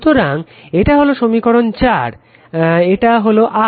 সুতরাং এটা হলো সমীকরণ 4 এটা আসলে R